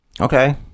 Okay